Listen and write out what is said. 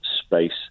Space